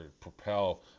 propel